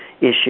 issue